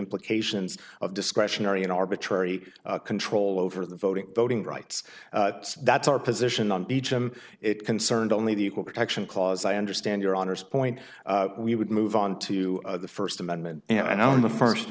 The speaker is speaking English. implications of discretionary an arbitrary control over the voting voting rights that's our position on each him it concerned only the equal protection clause i understand your honour's point we would move on to the first amendment and i don't the first